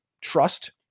trust